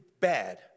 bad